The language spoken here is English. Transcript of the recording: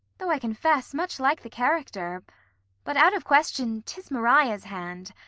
though, i confess, much like the character but out of question t is maria's hand.